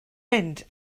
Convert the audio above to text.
mynd